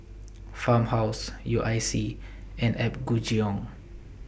Farmhouse U I C and Apgujeong